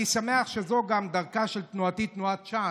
אני גם שמח שזו דרכה של תנועתי, תנועת ש"ס,